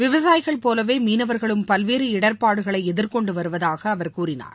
விவசாயிகள் போலவே மீனவர்களும் பல்வேறு இடர்பாடுகளை எதிர்கொண்டு வருவதாக அவர் கூறினார்